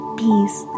peace